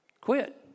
Quit